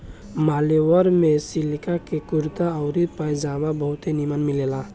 मान्यवर में सिलिक के कुर्ता आउर पयजामा बहुते निमन मिलेला